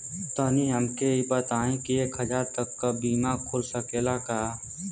तनि हमके इ बताईं की एक हजार तक क बीमा खुल सकेला का?